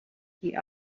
die